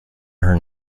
her